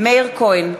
מאיר כהן,